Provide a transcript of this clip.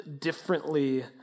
differently